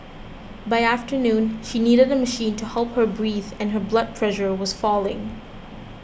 by afternoon she needed a machine to help her breathe and her blood pressure was falling